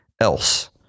else